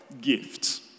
gifts